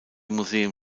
museum